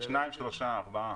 שניים, שלושה, ארבעה.